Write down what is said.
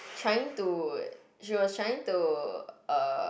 trying to she was trying to uh